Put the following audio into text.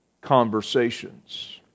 Conversations